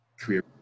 career